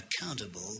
accountable